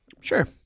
Sure